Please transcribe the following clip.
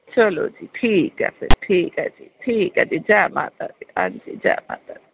चलो जी ठीक ठीक ऐ फिर जै माता दी हां जी जै माता दी